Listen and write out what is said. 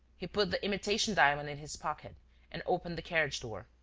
he put the imitation diamond in his pocket and opened the carriage-door.